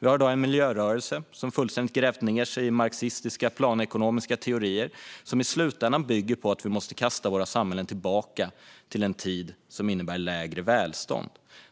Vi har i dag en miljörörelse som fullständigt grävt ned sig i marxistiska planekonomiska teorier, som i slutändan bygger på att vi måste kasta våra samhällen tillbaka till en tid som innebär lägre välstånd.